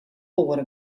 oare